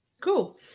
Cool